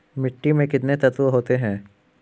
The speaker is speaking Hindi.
मिट्टी में कितने तत्व होते हैं?